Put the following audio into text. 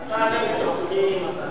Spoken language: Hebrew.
את הצעת חוק לתיקון פקודת הרוקחים (מס'